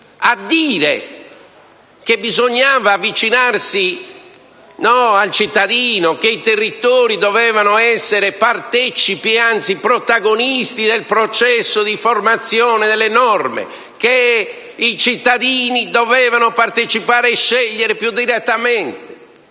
a dire che bisognava avvicinarsi al cittadino; che i territori dovevano essere partecipi e anzi protagonisti del processo di formazione delle norme; che i cittadini dovevano partecipare e scegliere più direttamente.